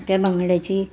त्या बांगड्याची